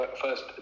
first